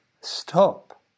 Stop